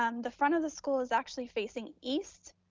um the front of the school is actually facing east.